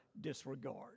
disregard